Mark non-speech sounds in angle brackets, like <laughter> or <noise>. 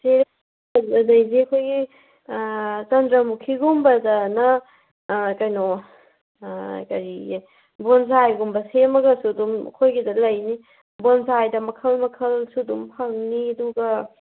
<unintelligible> ꯑꯗꯩꯗꯤ ꯑꯩꯈꯣꯏꯒꯤ ꯆꯟꯗ꯭ꯔꯥꯃꯨꯈꯤꯒꯨꯝꯕꯗꯅ ꯀꯩꯅꯣ ꯀꯔꯤꯌꯦ ꯕꯣꯟꯁꯥꯏꯒꯨꯝꯕ ꯁꯦꯝꯂꯒꯁꯨ ꯑꯗꯨꯝ ꯑꯩꯈꯣꯏꯒꯤꯗ ꯂꯩꯅꯤ ꯕꯣꯟꯁꯥꯏꯗ ꯃꯈꯜ ꯃꯈꯜꯁꯨ ꯑꯗꯨꯝ ꯐꯪꯅꯤ ꯑꯗꯨꯒ